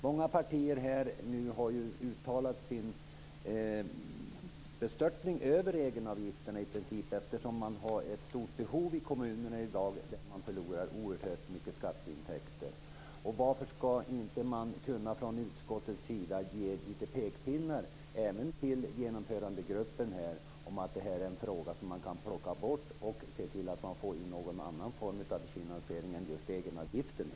Många partier har nu uttalat sin bestörtning över egenavgifterna i princip eftersom kommunerna i dag har ett stort behov och förlorar oerhört stora skatteintäkter. Varför kan man inte från utskottets sida ge några pekpinnar, även till genomförandegruppen, om att detta är en fråga som man kan plocka bort? Man kan se till att få någon annan form av finansiering än just egenavgiften.